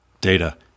Data